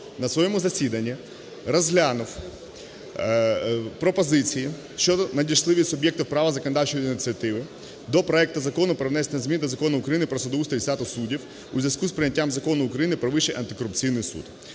на своєму засіданні розглянув пропозиції, що надійшли від суб'єкта права законодавчої ініціативи до проекту Закону про внесення змін до Закону України "Про судоустрій і статус суддів" у зв'язку з прийняттям Закону України "Про Вищий антикорупційний суд".